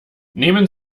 nehmen